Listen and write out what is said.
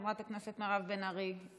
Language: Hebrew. חברת הכנסת מירב בן ארי,